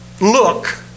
look